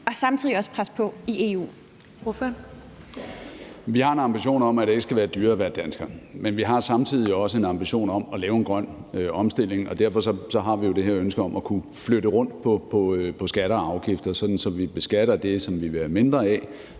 Jakob Ellemann-Jensen (V): Vi har en ambition om, at det ikke skal være dyrere at være dansker. Men vi har samtidig også en ambition om at lave en grøn omstilling. Og derfor har vi jo det her ønske om at kunne flytte rundt på skatter og afgifter, sådan at vi beskatter det, som vi vil have mindre af,